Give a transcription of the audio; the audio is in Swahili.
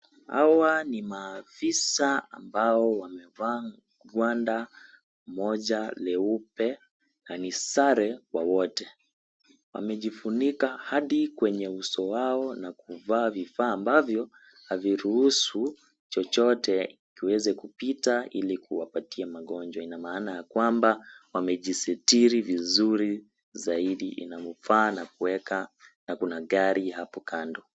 Hawa ni maafisa ambao wamevaa gwanda moja leupe na ni sare kwa wote. Wamejifunika hadi kwenye uso wao na kuvaa vifaa ambavyo haviruhusi chochote kupita ili kuwapatia magonjwa. Ina maana ya kwa mba wamejisitiri vizuri zaidi inavyofaa na kuweka, na kuna gari hapo kando.